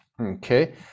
Okay